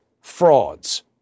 frauds